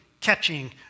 catching